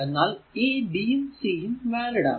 എന്നാൽ ഈ b യും c യും വാലിഡ് ആണ്